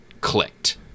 clicked